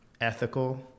ethical